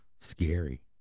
Scary